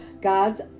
God's